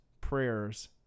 Prayers